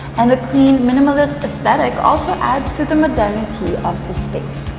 and the clean minimalist aesthetic also adds to the modernity of the space.